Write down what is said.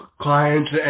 clients